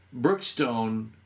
Brookstone